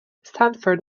sanford